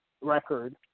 record